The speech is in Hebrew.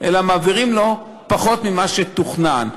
ב-2015,